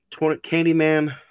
Candyman